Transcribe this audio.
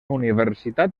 universitat